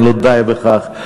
לא די בכך,